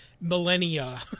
millennia